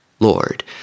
Lord